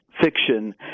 fiction